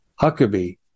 Huckabee